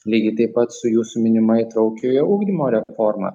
lygiai taip pat su jūsų minima įtraukiojo ugdymo reforma